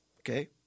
Okay